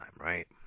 right